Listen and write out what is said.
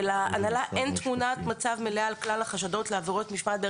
ולהנהלה אין תמונת מצב מלאה על כלל החשדות לעבירות המשמעת.